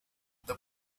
the